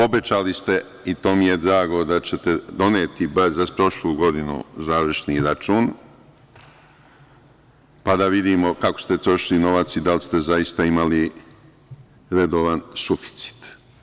Obećali ste i to mi je drag da ćete doneti bar za prošlu godinu završni račun, pa da vidimo kako ste trošili novac i da li ste zaista imali redovan suficit.